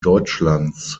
deutschlands